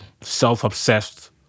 self-obsessed